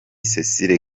cecile